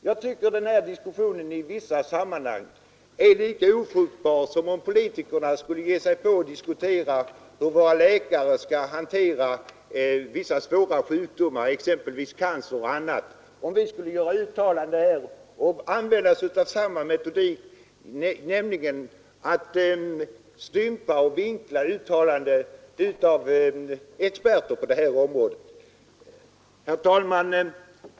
Jag tycker att denna diskussion i vissa stycken är lika ofruktbar som om politikerna skulle ge sig till att diskutera hur våra läkare skall hantera vissa svåra sjukdomar, t.ex. cancer. Tänk om vi här skulle uttala oss om det och då använda oss av samma metodik, alltså att stympa och vinkla uttalanden av experter på området. Herr talman!